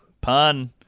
Pun